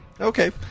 Okay